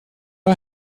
och